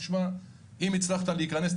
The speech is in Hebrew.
אם הצלחת להיכנס,